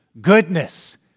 goodness